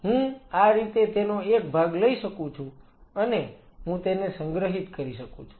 હું આ રીતે તેનો એક ભાગ લઈ શકું છું અને હું તેને સંગ્રહિત કરી શકું છું